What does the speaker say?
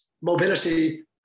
mobility